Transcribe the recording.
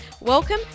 Welcome